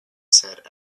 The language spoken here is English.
said